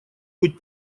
быть